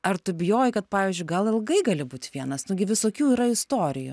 ar tu bijojai kad pavyzdžiui gal ilgai gali būt vienas nugi visokių yra istorijų